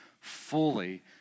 fully